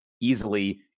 easily